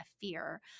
fear